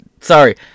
Sorry